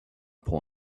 point